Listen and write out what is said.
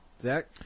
Zach